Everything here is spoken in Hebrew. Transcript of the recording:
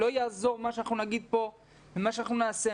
לא יעזור מה שאנחנו נגיד פה ומה שאנחנו נעשה.